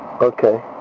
Okay